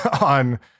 on